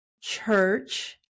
church